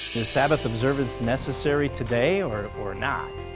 sabbath observance necessary today or or not?